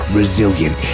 resilient